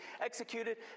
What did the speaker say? executed